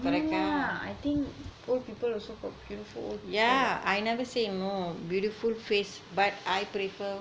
no lah I think old people also got beautiful old people what